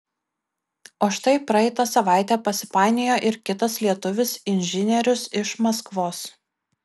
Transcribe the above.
o štai praeitą savaitę pasipainiojo ir kitas lietuvis inžinierius iš maskvos